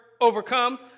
overcome